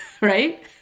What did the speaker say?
Right